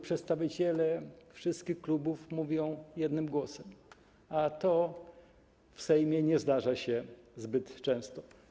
Przedstawiciele wszystkich klubów mówią jednym głosem, a to w Sejmie nie zdarza się zbyt często.